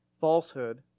falsehood